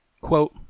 Quote